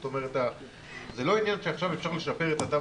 זאת אומרת שזה לא עניין שעכשיו אפשר לשפר את התו.